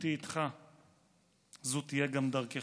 ומהיכרותי איתך זו תהיה גם דרכך,